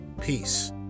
peace